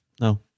No